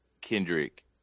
Kendrick